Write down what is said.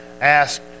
asked